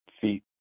feet